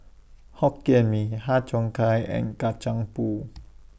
Hokkien Mee Har Cheong Gai and Kacang Pool